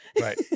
Right